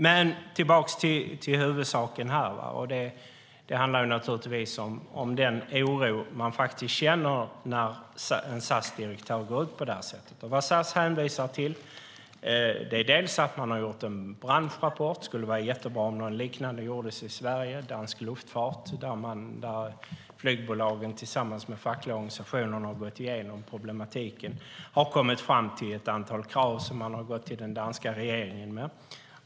För att gå tillbaka till huvudsaken så handlar det naturligtvis om den oro man känner när en SAS-direktör går ut på det sättet. SAS hänvisar till en branschrapport som gjorts av Dansk Luftfart - det skulle vara jättebra om en liknande gjordes i Sverige - där flygbolagen tillsammans med de fackliga organisationerna har gått igenom problematiken och kommit fram till ett antal krav som man har gått till den danska regeringen med.